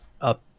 up